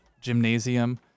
gymnasium